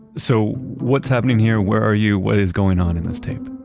so what's happening here? where are you? what is going on in this tape?